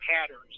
patterns